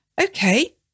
Okay